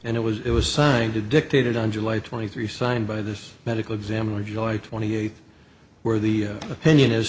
and it was it was signed to dictated on july twenty three signed by this medical examiner joy twenty eighth where the opinion is